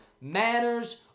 Manners